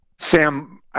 Sam